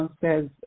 says